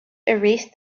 erased